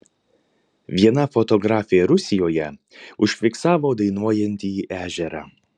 viena fotografė rusijoje užfiksavo dainuojantį ežerą